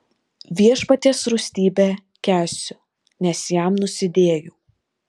viešpaties rūstybę kęsiu nes jam nusidėjau